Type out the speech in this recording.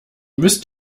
müsst